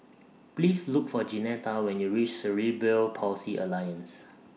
Please Look For Jeanetta when YOU REACH Cerebral Palsy Alliance